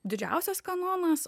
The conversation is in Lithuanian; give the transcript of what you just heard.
didžiausias kanonas